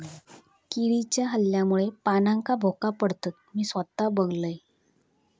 किडीच्या हल्ल्यामुळे पानांका भोका पडतत, मी स्वता बघलंय